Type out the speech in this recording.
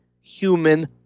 human